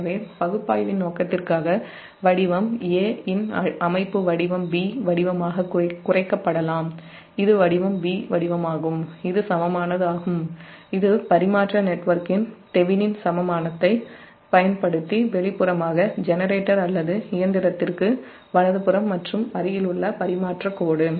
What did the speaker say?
எனவே பகுப்பாய்வின் நோக்கத்திற்காக வடிவம் A இன் அமைப்பு வடிவம் B வடிவமாகக் குறைக்கப்படலாம் இது சமமானதாகும் இது பரிமாற்ற நெட்வொர்க்கின் தெவெனின் சமமானதைப் பயன்படுத்தி வெளிப்புறமாக ஜெனரேட்டர் அல்லது இயந்திரத்திற்கு வலது புறம் மற்றும் அருகிலுள்ள பரிமாற்றக் கோடு